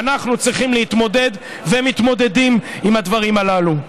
ואנחנו צריכים להתמודד ומתמודדים עם הדברים הללו.